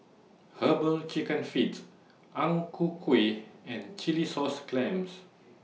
Herbal Chicken Feet Ang Ku Kueh and Chilli Sauce Clams